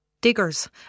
Diggers